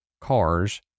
cars